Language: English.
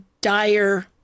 dire